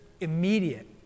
immediate